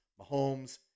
Mahomes